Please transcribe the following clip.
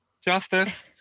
justice